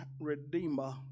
Redeemer